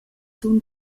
zun